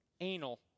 anal